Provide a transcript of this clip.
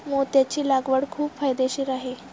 मोत्याची लागवड खूप फायदेशीर आहे